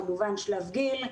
כמובן שלב גיל.